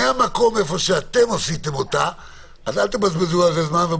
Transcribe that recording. עכשיו, תיכף.